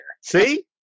See